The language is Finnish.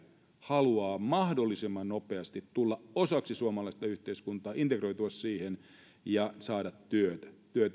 haluaa mahdollisimman nopeasti tulla osaksi suomalaista yhteiskuntaa integroitua siihen ja saada työtä työtehtäviä